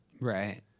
Right